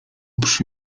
przy